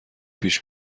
پیش